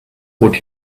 would